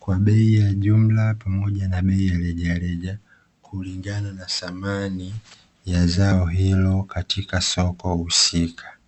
kwa bei ya jumla pamoja na bei ya rejareja; kulingana na thamani ya zao hilo katika soko husika.